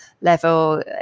level